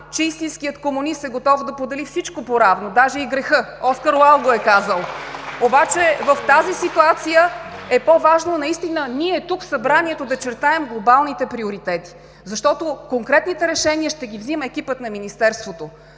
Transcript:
че истинският комунист е готов да подели всичко поравно, даже и греха – Оскар Уайлд го е казал. (Ръкопляскания от ГЕРБ.) Обаче в тази ситуация е по-важно наистина ние тук, в събранието да чертаем глобалните приоритети, защото конкретните решения ще ги взима екипът на Министерството.